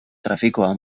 trafikoa